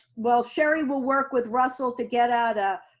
well, sherri will work with russell to get out a